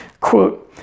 quote